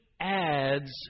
adds